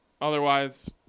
Otherwise